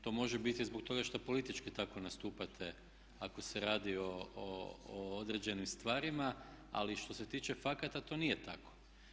To može biti zbog toga što politički tako nastupate ako se radi o određenim stvarima ali što se tiče fakata to nije tako.